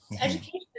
education